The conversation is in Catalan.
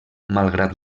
malgrat